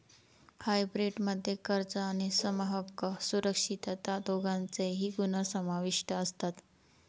hybrid मध्ये कर्ज आणि समहक्क सुरक्षितता दोघांचेही गुण समाविष्ट असतात